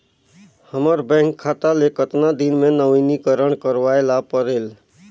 हमर बैंक खाता ले कतना दिन मे नवीनीकरण करवाय ला परेल?